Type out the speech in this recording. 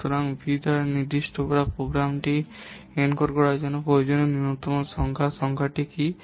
সুতরাং ভি দ্বারা নির্দিষ্ট করা প্রোগ্রামটি এনকোড করার জন্য প্রয়োজনীয় নূন্যতম সংখ্যার সংখ্যাটি কী